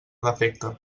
defecte